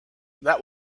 that